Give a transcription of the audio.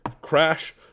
Crash